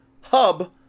hub